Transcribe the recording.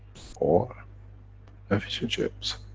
or a fish and chips?